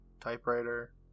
typewriter